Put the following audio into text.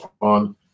on